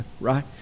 right